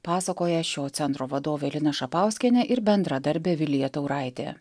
pasakoja šio centro vadovė lina šapauskienė ir bendradarbė vilija tauraitė